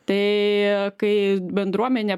tai kai bendruomenė